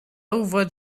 over